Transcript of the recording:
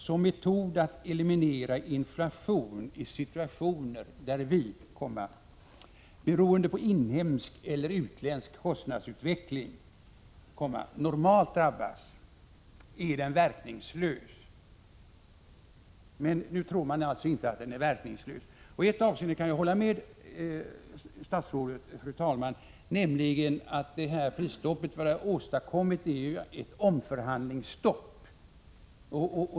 Som metod att eliminera inflation i situationer där vi, beroende på inhemsk eller utländsk kostnadsutveckling, normalt drabbas, är den verkningslös.” Men nu tror man alltså inte att den är verkningslös. I ett avseende kan jag hålla med statsrådet, nämligen att prisstoppet åstadkommit ett omförhandlingsstopp.